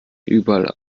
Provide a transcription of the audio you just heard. überall